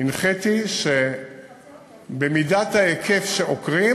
הנחיתי שבמידת ההיקף שעוקרים,